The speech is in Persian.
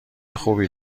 خوبی